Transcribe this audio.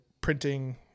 printing